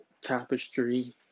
tapestry